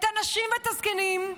את הנשים ואת הזקנים,